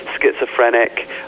schizophrenic